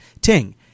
Ting